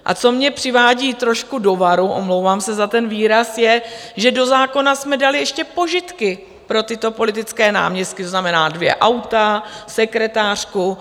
A co mě přivádí trošku do varu, omlouvám se za ten výraz, je, že do zákona jsme dali ještě požitky pro tyto politické náměstky, to znamená dvě auta, sekretářku.